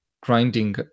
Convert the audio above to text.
grinding